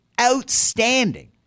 outstanding